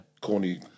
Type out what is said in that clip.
Corny